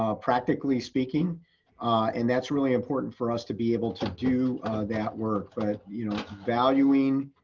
ah practically speaking and that's really important for us to be able to do that work. but you know valuing